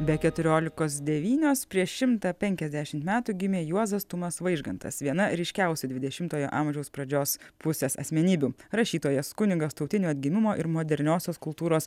be keturiolikos devynios prieš šimtą penkiasdešimt metų gimė juozas tumas vaižgantas viena ryškiausių dvidešimtojo amžiaus pradžios pusės asmenybių rašytojas kunigas tautinio atgimimo ir moderniosios kultūros